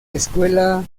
escuela